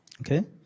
Okay